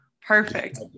Perfect